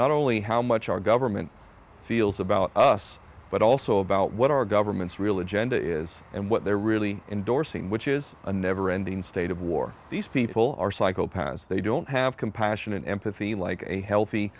not only how much our government feels about us but also about what our government's really genda is and what they're really endorsing which is a never ending state of war these people are psychopaths they don't have compassion and empathy like a healthy